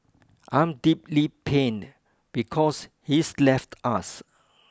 I'm deeply pained because he's left us